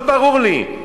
לא ברור לי.